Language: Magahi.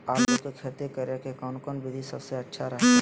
आलू की खेती करें के कौन कौन विधि सबसे अच्छा रहतय?